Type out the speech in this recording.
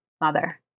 Mother